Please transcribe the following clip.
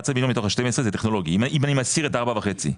11 מיליון מתוך ה-12 זה טכנולוגי אם אני מסר את ה-4.5 מיליון,